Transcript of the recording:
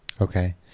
Okay